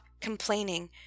complaining